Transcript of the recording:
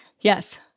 yes